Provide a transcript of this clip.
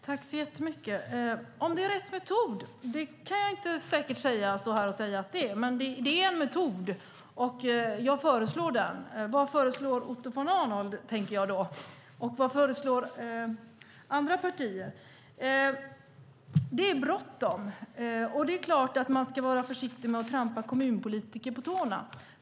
Herr talman! Om det är rätt metod kan jag inte säkert stå här och säga. Men det är en metod, och jag föreslår den. Vad föreslår Otto von Arnold, tänker jag då, och vad föreslår andra partier? Det är bråttom. Det är klart att man ska vara försiktig med att trampa kommunpolitiker på tårna.